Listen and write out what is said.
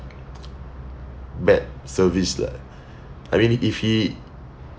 bad service lah I mean if he